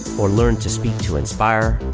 or learn to speak to inspire,